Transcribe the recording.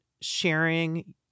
sharing